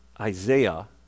Isaiah